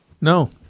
No